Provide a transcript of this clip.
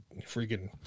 freaking